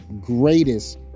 greatest